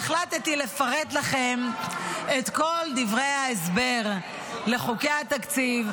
אז החלטתי לפרט לכם את כל דברי ההסבר לחוקי התקציב,